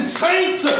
saints